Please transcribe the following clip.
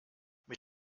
mit